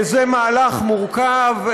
זה מהלך מורכב.